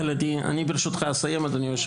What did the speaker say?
בדיוק בגלל זה נוצר